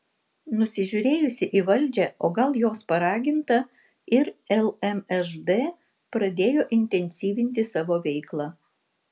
nusižiūrėjusi į valdžią o gal jos paraginta ir lmžd pradėjo intensyvinti savo veiklą